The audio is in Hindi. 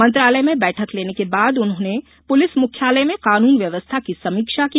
मंत्रालय में बैठक लेने के बाद उन्होंने पुलिस मुख्यालय में कानून व्यवस्था की समीक्षा की